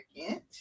second